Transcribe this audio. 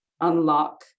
unlock